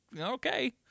Okay